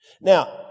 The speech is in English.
Now